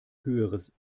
höheres